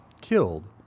killed